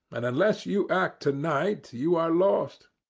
and unless you act to-night you are lost.